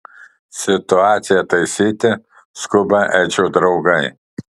situaciją taisyti skuba edžio draugai